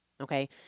okay